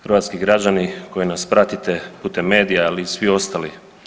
Hrvatski građani koji nas pratite putem medija, ali i svi ostali.